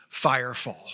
firefall